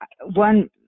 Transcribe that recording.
one